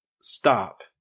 stop